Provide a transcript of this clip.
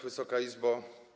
Wysoka Izbo!